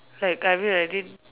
like I mean I didn't